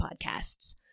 podcasts